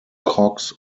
cox